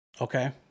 Okay